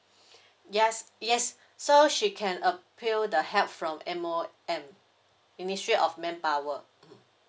yes yes so she can appeal the help from M_O_M ministry of manpower